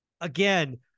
Again